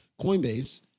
Coinbase